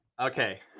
Okay